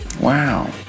Wow